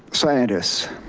scientists.